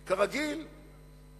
כרגיל,